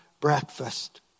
breakfast